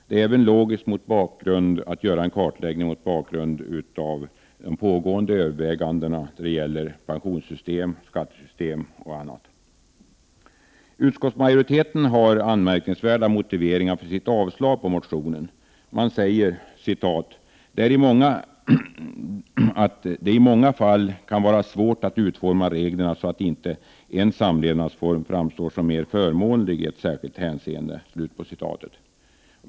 Det är även logiskt att göra en kartläggning mot bakgrund av de pågående övervägandena då det gäller pensionssystem, skattesystem och annat. Utskottsmajoriteten har anmärkningsvärda motiveringar för sitt yrkande om avslag på motionen. Man säger att ”det i många fall kan vara svårt att utforma reglerna så att inte en samlevnadsform framstår som mera förmånlig i ett särskilt hänseende”.